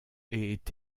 est